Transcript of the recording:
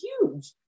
huge